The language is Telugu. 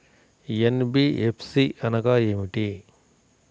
ఎన్.బీ.ఎఫ్.సి అనగా ఏమిటీ?